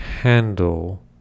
handle